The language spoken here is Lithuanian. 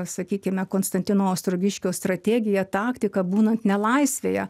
sakykime konstantino ostrogiškio strategija taktika būnant nelaisvėje